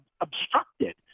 obstructed